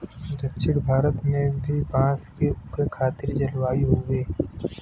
दक्षिण भारत में भी बांस के उगे खातिर जलवायु हउवे